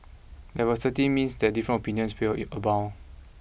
diversity means that different opinions will abound